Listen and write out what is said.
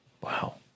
Wow